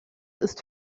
ist